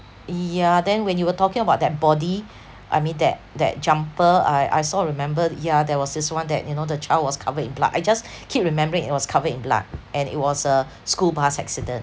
yeah then when you were talking about that body I mean that that jumper I I sort of remembered yeah there was this one that you know the child was covered in blood I just keep remembering it was covered in blood and it was a school bus accident